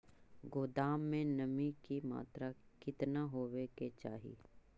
गोदाम मे नमी की मात्रा कितना होबे के चाही?